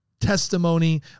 testimony